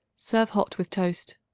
serve hot with toast.